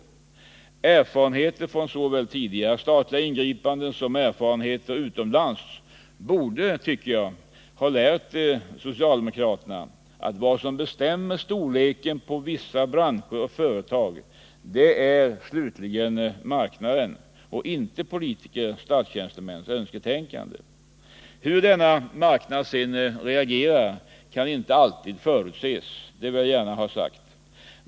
Såväl erfarenheter från tidigare statliga ingripanden som erfarenheter gjorda utomlands borde, tycker jag, ha lärt socialdemokraterna att vad som bestämmer storleken på vissa branscher och företag är sist och slutligen marknaden och inte politikers och statstjänstemäns önsketänkande. Hur denna marknad sedan reagerar kan inte alltid förutses. Det vill jag gärna ha sagt.